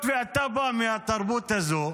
היות שאתה בא מהתרבות הזו,